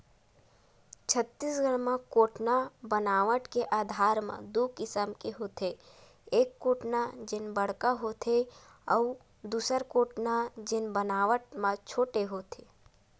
छत्तीसगढ़ म कोटना बनावट के आधार म दू किसम के होथे, एक कोटना जेन बड़का होथे अउ दूसर कोटना जेन बनावट म छोटे होथे